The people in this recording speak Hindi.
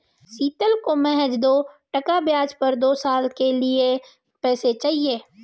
शीतल को महज दो टका ब्याज पर दो साल के लिए पैसे चाहिए